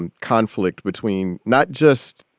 and conflict between not just